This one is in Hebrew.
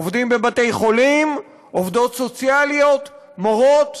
עובדים בבתי-חולים עובדות סוציאליות, מורות.